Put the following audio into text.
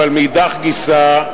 אבל מאידך גיסא,